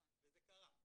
וזה קרה.